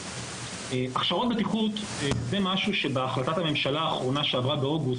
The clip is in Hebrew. הכשרות בטיחות זה בהחלטת הממשלה האחרונה שעברה באוגוסט,